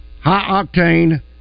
high-octane